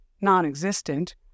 non-existent